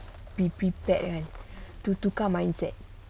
be prepared to tukar mindset